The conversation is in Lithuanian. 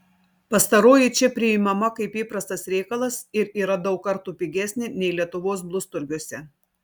pastaroji čia priimama kaip įprastas reikalas ir yra daug kartų pigesnė nei lietuvos blusturgiuose